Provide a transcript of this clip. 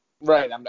Right